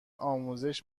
آموزش